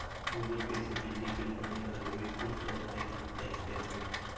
Google Pay से बिजली bill भरने पर रोहित को सौ रूपए का कैशबैक मिला